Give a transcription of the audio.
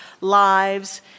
lives